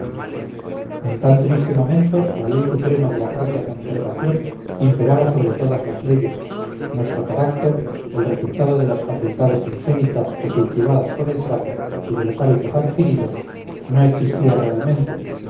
en tan triste momento la ley suprema de la propia conservación imperaba sobre todas las leyes nuestro carácter el resultado de las facultades ingénitas o cultivadas por el trato y de los hábitos adquiridos no existía realmente